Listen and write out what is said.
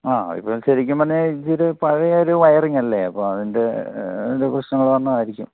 ആ ഇപ്പോൾ ശരിക്കും പറഞ്ഞാൽ ഇതൊരു പഴയ ഒരു വയറിങ് അല്ലേ അപ്പോൾ അതിൻ്റെ പ്രശ്നം പ്രശ്നങ്ങൾ വന്നതായിരിക്കും